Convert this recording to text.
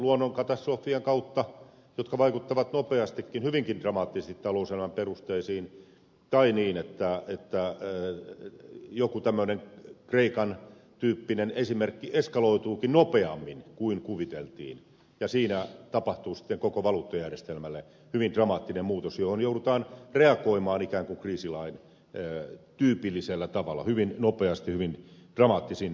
luonnonkatastrofien kautta jotka vaikuttavat nopeastikin hyvinkin dramaattisesti talouselämän perusteisiin tai niin että joku tämmöinen kreikan tyyppinen esimerkki eskaloituukin nopeammin kuin kuviteltiin ja siinä tapahtuu sitten koko valuuttajärjestelmälle hyvin dramaattinen muutos johon joudutaan reagoimaan ikään kuin kriisilain tyypillisellä tavalla hyvin nopeasti ja hyvin dramaattisin poliittisin toimin